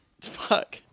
Fuck